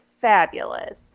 fabulous